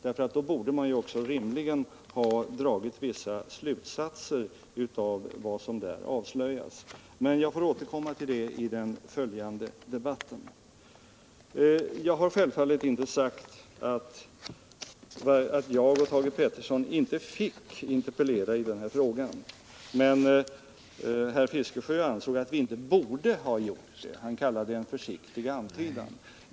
I så fall borde man rimligen ha dragit vissa slutsatser av vad som där avslöjas. Jag får återkomma till frågan i den följande debatten. Självfallet har jag inte sagt att jag själv och Thage Peterson enligt herr Fiskesjö inte fick interpellera i den här frågan. Herr Fiskesjö ansåg att vi inte borde ha interpellerat.